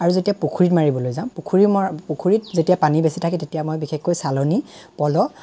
আৰু যেতিয়া পুখুৰীত মাৰিবলৈ যাওঁ পুখুৰীত মৰা পুখুৰীত যেতিয়া পানী বেছি থাকে তেতিয়া মই বিশেষকৈ চালনি পলহ